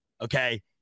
okay